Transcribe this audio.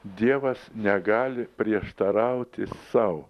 dievas negali prieštarauti sau